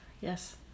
yes